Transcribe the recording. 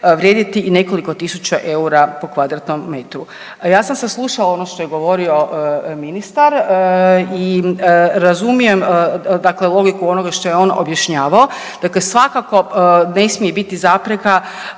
vrijediti i nekoliko tisuća eura po kvadratnom metru. Ja sam saslušala ono što je govorio ministar i razumijem dakle logiku onoga što je on objašnjavao, dakle svakako ne smije biti zapreka